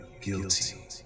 guilty